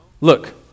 look